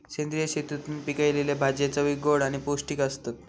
सेंद्रिय शेतीतून पिकयलले भाजये चवीक गोड आणि पौष्टिक आसतत